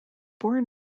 born